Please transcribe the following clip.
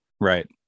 Right